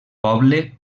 poble